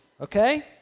okay